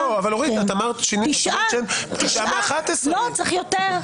אורית, יש תשעה מתוך 11. צריך יותר.